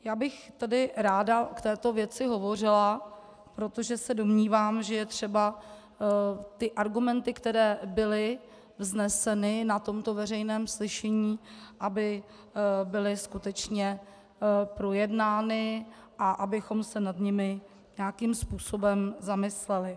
Já bych tady ráda v této věci hovořila, protože se domnívám, že je třeba, aby argumenty, které byly vzneseny na tomto veřejném slyšení, byly skutečně projednány a abychom se nad nimi nějakým způsobem zamysleli.